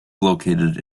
located